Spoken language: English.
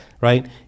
right